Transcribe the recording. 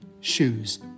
shoes